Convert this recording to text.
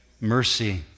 Mercy